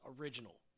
original